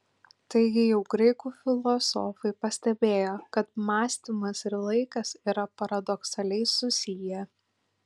taigi jau graikų filosofai pastebėjo kad mąstymas ir laikas yra paradoksaliai susiję